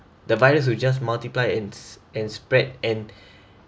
the virus will just multiply and and spread and